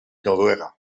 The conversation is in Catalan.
noruega